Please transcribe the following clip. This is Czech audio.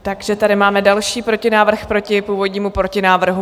Takže tady máme další protinávrh proti původnímu protinávrhu.